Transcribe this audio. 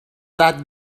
that